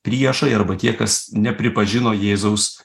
priešai arba tie kas nepripažino jėzaus